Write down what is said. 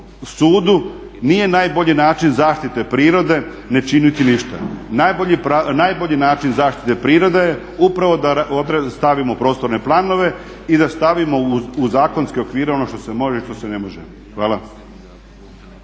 sudu nije najbolji način zaštite prirode ne činiti ništa, najbolji način zaštite prirode upravo je da stavimo prostorne planove i da stavimo u zakonske okvire ono što se može i što se ne može. Hvala.